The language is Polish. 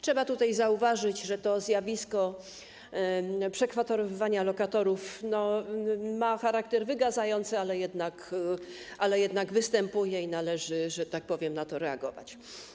Trzeba tutaj zauważyć, że to zjawisko przekwaterowywania lokatorów ma charakter wygasający, jednak występuje i należy, że tak powiem, na to reagować.